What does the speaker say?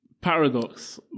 paradox